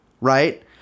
right